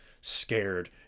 scared